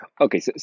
okay